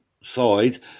side